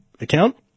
account